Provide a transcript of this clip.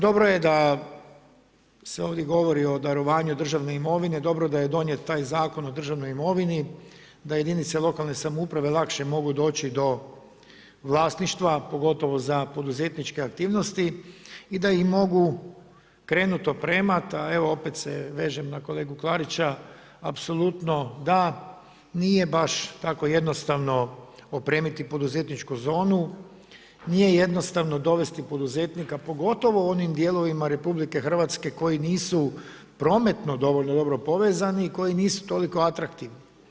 Dobro je da se ovdje govori o darovanju državne imovine, dobro da je donijet taj Zakon o državnoj imovini da jedinice lokalne samouprave lakše mogu doći do vlasništva, pogotovo za poduzetničke aktivnosti i da ih mogu krenut opremati, evo opet se vežem na kolegu Klarića, apsolutno da, nije baš tako jednostavno opremiti poduzetničku zonu, nije jednostavno dovesti poduzetnika, pogotovo u onim dijelovima RH, koji nisu prometno dovoljno dobro povezani, koji nisu toliko atraktivni.